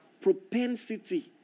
propensity